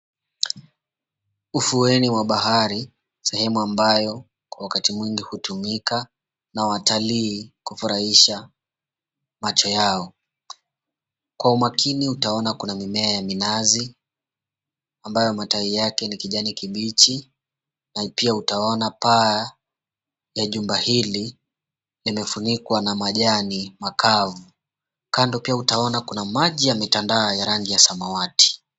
Ufueni wa bahari sehemu ambayo wakati mwingi hutumika na watalii kufurahisha macho yao, kwa umakini utaona kuna mimea ya minazi ambayo matawi yake ni kijani kibichi na pia utaona paa ya jumba hili imefunikwa na majani makavu kando pia utaona kuna maji yametandaa ya rangi ya samawati.